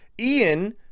Ian